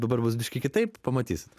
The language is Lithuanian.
dabar bus biškį kitaip pamatysit